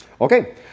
Okay